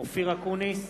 אופיר אקוניס,